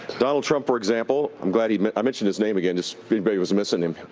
donald trump, for example i'm glad i mentioned his name again just was missing him.